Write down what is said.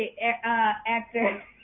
actor